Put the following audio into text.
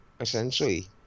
essentially